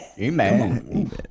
Amen